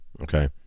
okay